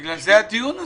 בגלל זה הדיון הזה.